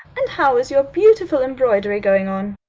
and how is your beautiful embroidery going on?